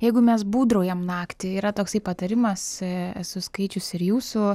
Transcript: jeigu mes būdraujam naktį yra toksai patarimas esu skaičiusi ir jūsų